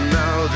now